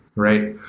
right?